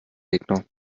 gegner